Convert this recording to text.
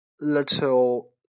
little